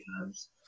times